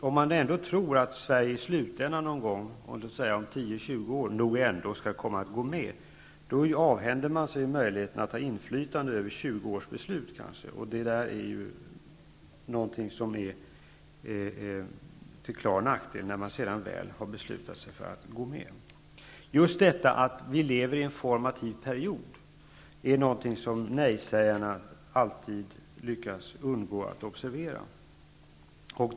Om man ändå tror att Sverige i slutänden, om 10--20 år nog ändå kommer att gå med, avhänder man sig möjligheten att ha inflytande över kanske 20 års beslut. Detta är till klar nackdel när man väl har beslutat sig för att gå med. Just detta att vi lever i en formativ period är något som nej-sägarna alltid lyckas undgå att observera.